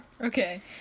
Okay